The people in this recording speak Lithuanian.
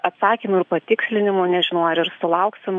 atsakymų ir patikslinimų nežinau ar ir sulauksim